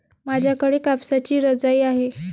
माझ्याकडे कापसाची रजाई आहे